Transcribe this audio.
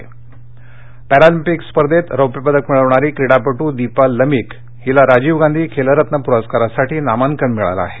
क्रीडा पुरस्कार पॅरालिम्पिक स्पर्धेत रौप्यपदक मिळवणारी क्रीडापटू दीपा लमिक हिला राजीव गांधी खेलरत्न पुरस्कारासाठी नामांकन मिळालं आहे